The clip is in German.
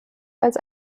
als